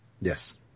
Yes